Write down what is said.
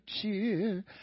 cheer